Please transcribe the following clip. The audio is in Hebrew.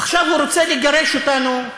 עכשיו הוא רוצה לגרש אותנו,